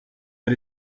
but